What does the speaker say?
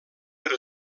per